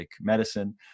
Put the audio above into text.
medicine